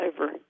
over